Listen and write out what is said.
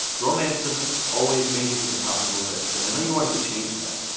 romance doesn't always make it to the top of the list. and i know you want to change that.